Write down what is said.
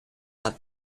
not